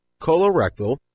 colorectal